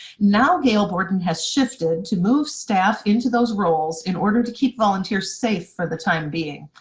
now gail borden has shifted to move staff into those roles in order to keep volunteers safe for the time being.